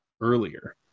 earlier